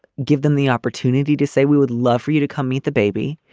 give them the opportunity to say we would love for you to come meet the baby.